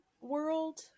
world